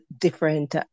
different